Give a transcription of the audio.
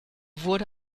wurde